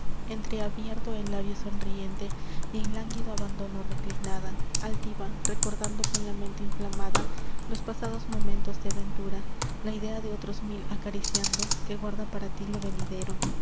ardiente entreabierto el labio sonriente y en lánguido abandono reclinada altiva recordando con la mente inflamada los pasados momentos de ventura la idea de otros mil acariciando que guarda para tí lo venidero